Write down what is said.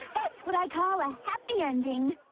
that's what i call a happy ending